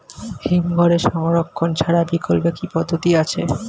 হিমঘরে সংরক্ষণ ছাড়া বিকল্প কি পদ্ধতি আছে?